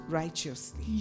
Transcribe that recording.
righteously